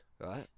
right